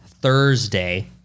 Thursday